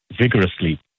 vigorously